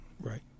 Right